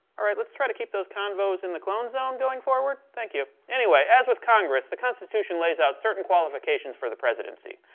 let's try to keep those convos in the clone zone going forward? thank you. anyway, as with congress, the constitution lays out certain qualifications for the presidency.